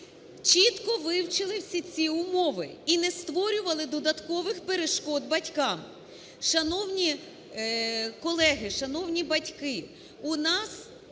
чітко вивчили всі ці умови і не створювали додаткових перешкод батькам. Шановні колеги, шановні батьки, у нас